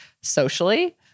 socially